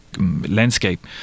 landscape